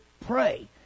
Pray